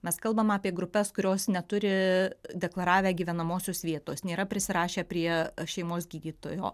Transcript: mes kalbam apie grupes kurios neturi deklaravę gyvenamosios vietos nėra prisirašę prie šeimos gydytojo